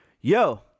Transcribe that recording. yo